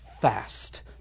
fast